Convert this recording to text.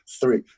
three